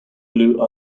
blue